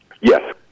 yes